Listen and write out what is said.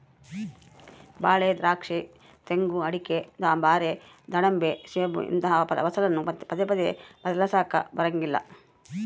ಬಾಳೆ, ದ್ರಾಕ್ಷಿ, ತೆಂಗು, ಅಡಿಕೆ, ಬಾರೆ, ದಾಳಿಂಬೆ, ಸೇಬು ಇಂತಹ ಫಸಲನ್ನು ಪದೇ ಪದೇ ಬದ್ಲಾಯಿಸಲಾಕ ಬರಂಗಿಲ್ಲ